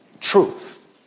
truth